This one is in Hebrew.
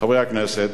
חברי הכנסת,